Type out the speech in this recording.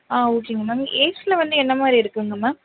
ஆ ஓகேங்க மேம் ஏசியில் வந்து என்ன மாதிரி இருக்குங்க மேம்